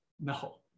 No